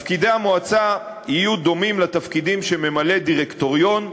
תפקידי המועצה יהיו דומים לתפקידים שממלא דירקטוריון,